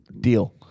Deal